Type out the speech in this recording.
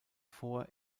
vor